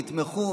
תתמכו,